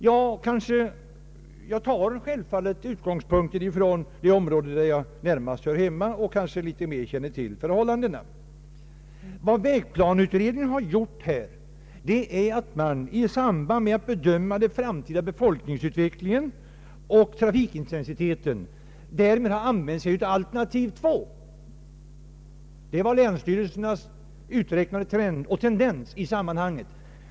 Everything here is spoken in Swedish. Jag utgår självfallet från det område där jag närmast hör hemma och som jag bäst känner till. Vägplaneutredningen har i samband med bedömandet av den framtida befolkningsutvecklingen och trafikintensiteten använt alternativ 2. Det var länsstyrelsernas uträknade trend och tendens i detta sammanhang.